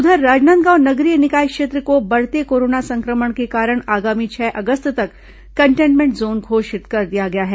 उधर राजनांदगांव नगरीय निकाय क्षेत्र को बढ़ते कोरोना संक्रमण के कारण आगामी छह अगस्त तक कंटेमेन्ट जोन घोषित कर दिया गया है